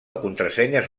contrasenyes